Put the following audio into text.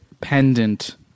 pendant